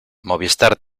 movistar